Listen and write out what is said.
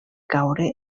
caure